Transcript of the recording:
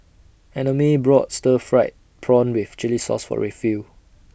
Annamae brought Stir Fried Prawn with Chili Sauce For Rayfield